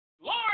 Lord